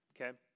Okay